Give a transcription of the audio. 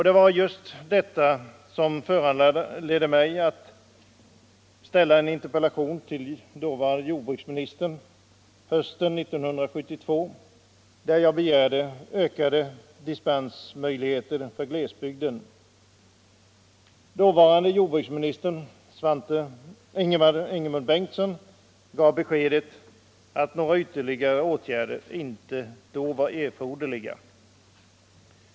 Det var just detta som föranledde mig att ställa en interpellation till jordbruksministern hösten 1972, där jag begärde ökade dispensmöjligheter för glesbygden. Dåvarande jordbruksministern Ingemund Bengtsson gav beskedet att några ytterligare åtgärder inte var erforderliga.